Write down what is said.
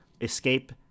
escape